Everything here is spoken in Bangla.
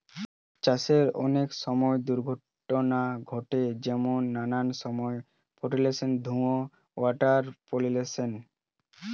চাষে অনেক সময় দূষণ ঘটে যেমন নানান সার, ফার্টিলিসের ধুয়ে ওয়াটার পলিউশন